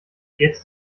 jetzt